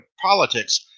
politics